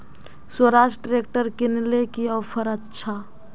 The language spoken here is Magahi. स्वराज ट्रैक्टर किनले की ऑफर अच्छा?